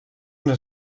una